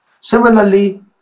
Similarly